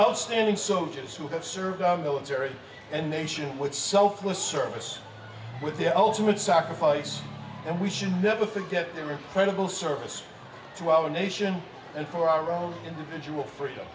outstanding sofas who have served our military and nation with so full service with the ultimate sacrifice and we should never forget their credible service to our nation and for our own individual freedom